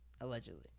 Allegedly